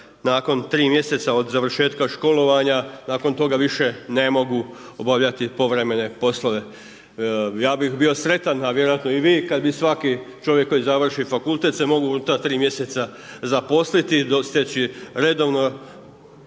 nakon 3 mj. od završetka školovanja, nakon toga više ne mogu obavljati povremene poslove. Ja bih bio sretan a vjerojatno i vi kada bi svaki čovjek koji završi fakultet se mogu u ta 3 mj. zaposliti do sljedeće redovno,